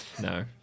no